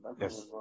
Yes